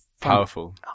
powerful